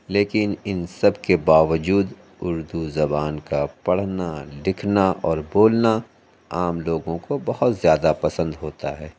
لیکن اِن سب کے باوجود اُردو زبان کا پڑھنا لکھنا اور بولنا عام لوگوں کو بہت زیادہ پسند ہوتا ہے